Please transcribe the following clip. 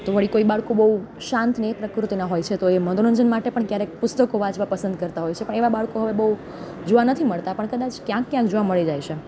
તો વળી કોઈ બાળકો બહું શાંત ને એ પ્રકૃતિનાં હોય છે તો એ મનોરંજન માટે પણ ક્યારેક પુસ્તકો વાંચવા પસંદ કરતાં હોય છે પણ એવાં બાળકો હવે બહું જોવાં નથી મળતાં પણ કદાચ ક્યાંક ક્યાંક જોવાં મળી જાય છે